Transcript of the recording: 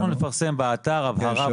אנחנו נפרסם באתר הבהרה.